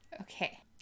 Okay